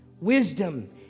Wisdom